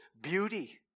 beauty